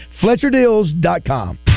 FletcherDeals.com